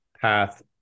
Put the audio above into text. path